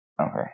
Okay